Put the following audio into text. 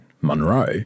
Monroe